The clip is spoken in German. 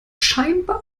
scheinbar